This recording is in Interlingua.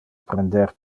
prender